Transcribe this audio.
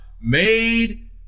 made